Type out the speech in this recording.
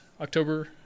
october